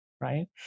Right